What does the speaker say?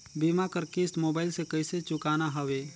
बीमा कर किस्त मोबाइल से कइसे चुकाना हवे